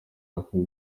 ako